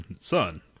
Son